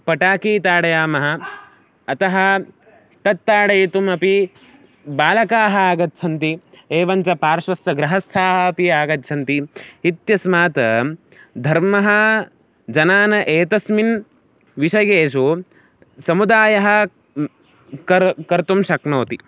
पटाकी ताडयामः अतः तत् ताडयितुमपि बालकाः आगच्छन्ति एवं च पार्श्वस्य गृहस्थाः अपि आगच्छन्ति इत्यस्मात् धर्मः जनान् एतस्मिन् विषयेषु समुदायः कर्तुं कर्तुं शक्नोति